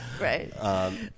Right